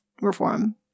reform